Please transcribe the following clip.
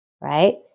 right